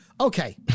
Okay